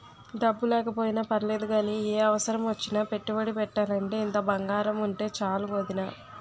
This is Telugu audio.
డబ్బు లేకపోయినా పర్లేదు గానీ, ఏ అవసరమొచ్చినా పెట్టుబడి పెట్టాలంటే ఇంత బంగారముంటే చాలు వొదినా